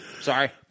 Sorry